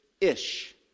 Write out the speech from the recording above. ish